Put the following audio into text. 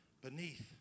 beneath